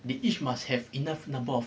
they each must have enough number of